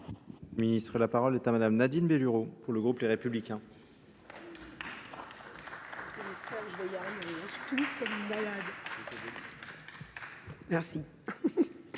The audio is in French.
La parole est à Mme Nadine Bellurot, pour le groupe Les Républicains.